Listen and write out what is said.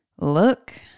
look